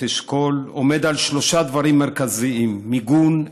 אשכול עומד על שלושה דברים מרכזיים: מיגון,